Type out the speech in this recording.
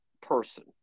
person